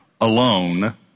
alone